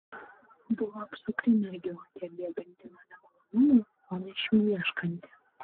buvo apsukri mergiotė bėganti nuo nemalonumų o ne šių ieškanti